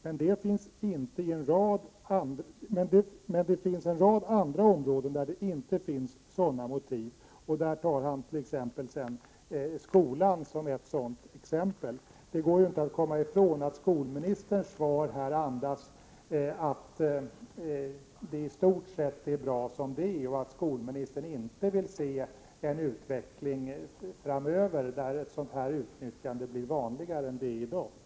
Men det finns en rad andra områden där det inte finns sådana motiv.”.” Stig Malm tar sedan upp skolan som ett sådant exempel. Det går inte att här komma ifrån att det framgår av skolministerns svar att han anser att det i stort sett är bra som det är, och att skolministern inte vill se en utveckling framöver där ett utnyttjande av privata utbildningsföretag blir vanligare än vad det är i dag.